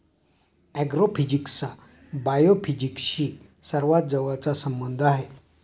ऍग्रोफिजिक्सचा बायोफिजिक्सशी सर्वात जवळचा संबंध आहे